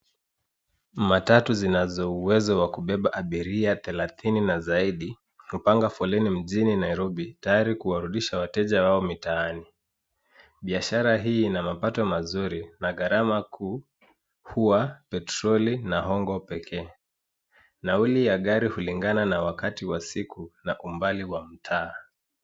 Matatu zinazo uwezo wa kubeba abiria thelathini na zaidi hupanga foleni mjini Nairobi tayari kuwarudisha wateja wao mitaani. Biashara hii ina mapato mazuri na gharama kuu huwa petroli na hongo pekee. Nauli ya gari hulingana na wakati wa siku na umbali wa mtaa.